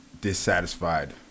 dissatisfied